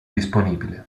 disponibile